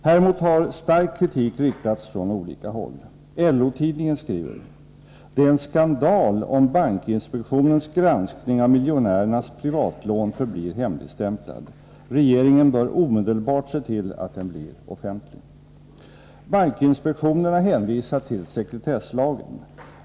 Häremot har stark kritik riktats från olika håll. LO-tidningen skriver: ”Det är en skandal om bankinspektionens granskning av miljonärernas privatlån förblir hemligstämplad. Regeringen bör omedelbart se till att den blir offentlig.” Bankinspektionen har hänvisat till sekretesslagen.